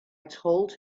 told